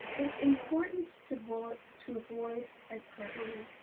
it's important to avoid to avoid hyperbole,